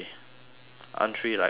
aren't we like overtime